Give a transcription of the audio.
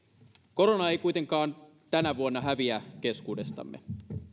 korona ei kuitenkaan tänä vuonna häviä keskuudestamme